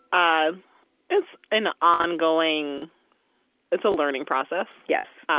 um it's an ongoing it's a learning process yes.